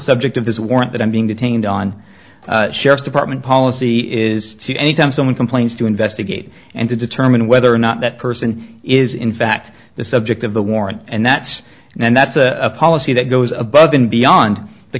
subject of this warrant that i'm being detained on sheriff's department policy is to anytime someone complains to investigate and to determine whether or not that person is in fact the subject of the warrant and that's and that's a policy that goes above and beyond the